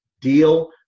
deal